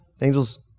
Angels